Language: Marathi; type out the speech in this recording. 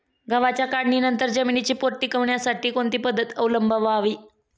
गव्हाच्या काढणीनंतर जमिनीचा पोत टिकवण्यासाठी कोणती पद्धत अवलंबवावी?